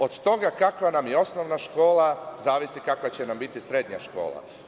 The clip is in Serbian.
Od toga kava nam je osnovna škola zavisi kakva će nam biti srednja škola.